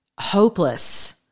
hopeless